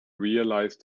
realize